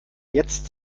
jetzt